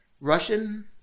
Russian